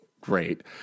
Great